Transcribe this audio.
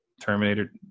terminator